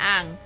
Ang